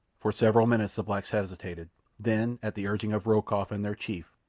for several minutes the blacks hesitated then, at the urging of rokoff and their chief,